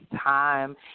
time